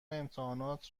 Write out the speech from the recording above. امتحانات